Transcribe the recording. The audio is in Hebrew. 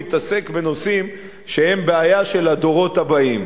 להתעסק בנושאים שהם בעיה של הדורות הבאים?